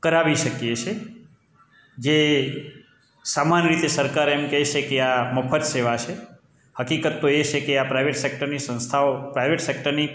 કરાવી શકીએ છે જે સામાન્ય રીતે સરકારે એમ કે છે કે આ મફત સેવા છે હકીકત તો એ છે કે આ પ્રાઈવેટ સેક્ટરની સંસ્થાઓ પ્રાઈવેટ સેક્ટરની